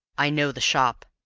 i know the shop,